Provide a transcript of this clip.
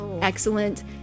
excellent